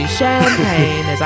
champagne